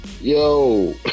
Yo